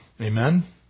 Amen